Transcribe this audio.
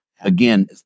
Again